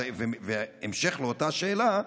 המשך לאותה שאלה: